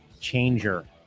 changer